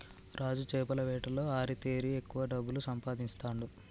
రాజు చేపల వేటలో ఆరితేరి ఎక్కువ డబ్బులు సంపాదించుతాండు